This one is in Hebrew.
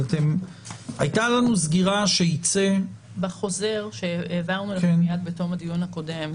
הייתה לנו סגירה שייצא --- בחוזר שעברנו לכם מיד בתום הדיון הקודם,